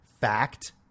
fact